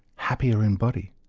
happier in body